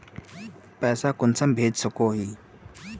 पैसा कुंसम भेज सकोही?